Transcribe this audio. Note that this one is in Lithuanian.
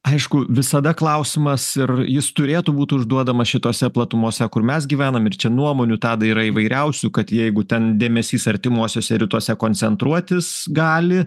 aišku visada klausimas ir jis turėtų būt užduodamas šitose platumose kur mes gyvenam ir čia nuomonių tadai yra įvairiausių kad jeigu ten dėmesys artimuosiuose rytuose koncentruotis gali